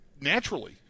naturally